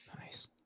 Nice